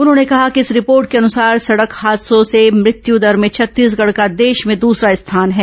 उन्होंने कहा कि इस रिपोर्ट के अनुसार सडक हादसों से मृत्युदर में छत्तीसगढ का देश में दसरा स्थान है